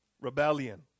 Rebellion